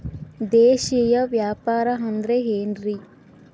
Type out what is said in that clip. ದೇಶೇಯ ವ್ಯಾಪಾರ ಅಂದ್ರೆ ಏನ್ರಿ?